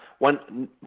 One